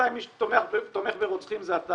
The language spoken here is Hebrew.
בינתיים מי שתומך ברוצחים זה אתה.